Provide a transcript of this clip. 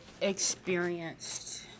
experienced